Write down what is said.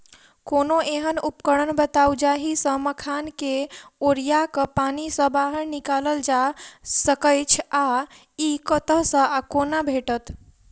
कोनों एहन उपकरण बताऊ जाहि सऽ मखान केँ ओरिया कऽ पानि सऽ बाहर निकालल जा सकैच्छ आ इ कतह सऽ आ कोना भेटत?